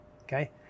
Okay